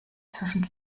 zwischen